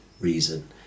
reason